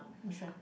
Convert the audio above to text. which one